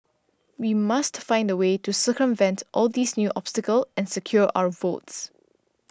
we must find a way to circumvent all these new obstacles and secure our votes